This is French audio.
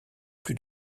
plus